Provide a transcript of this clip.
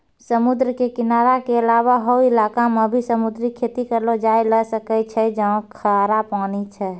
समुद्र के किनारा के अलावा हौ इलाक मॅ भी समुद्री खेती करलो जाय ल सकै छै जहाँ खारा पानी छै